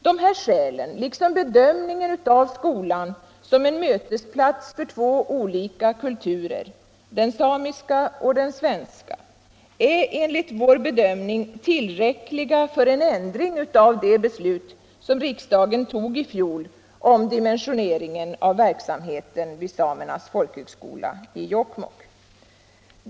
De här skälen liksom bedömningen av skolan:som en mötesplats för två olika kulturer, den samiska och den svenska, är enligt vår uppfattning tillräckliga för en ändring av det beslut som riksdagen fattade i fjol om dimensioneringen av verksamheten vid Samernas folkhögskola i Jokkmokk.